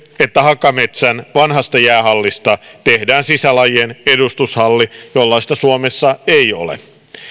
että hakametsän vanhasta jäähallista tehdään sisälajien edustushalli jollaista suomessa ei ole